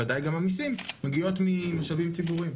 ודאי גם המיסים מגיעות ממשאבים ציבוריים.